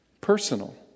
personal